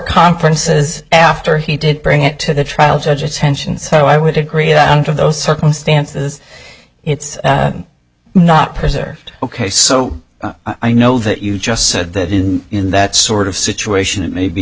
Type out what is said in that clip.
conferences after he did bring it to the trial judge attention so i would agree to those circumstances it's not preserved ok so i know that you just said that in that sort of situation it may be